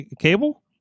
Cable